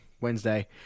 Wednesday